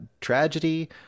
tragedy